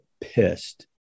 pissed